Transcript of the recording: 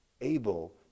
able